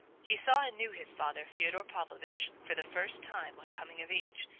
he saw and knew his father, fyodor pavlovitch, for the first time on coming of age,